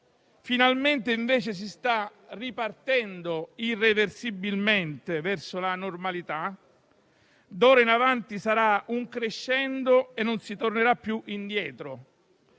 Finalmente invece ci si sta avviando, irreversibilmente, verso la normalità; d'ora in avanti sarà un crescendo e non si tornerà più indietro.